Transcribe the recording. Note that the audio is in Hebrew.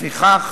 לפיכך